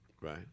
Right